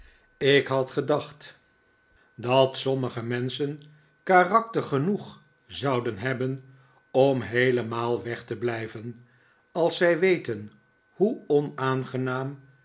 ik had gedacht dat sommige menschen karakter genoeg zouden hebben om heelemaal weg te blijven als zij weten hoe onaangenaam